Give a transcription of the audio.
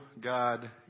God